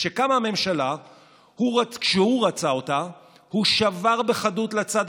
כשקמה הממשלה שהוא רצה הוא שבר בחדות לצד